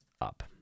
up